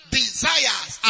desires